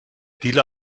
dealer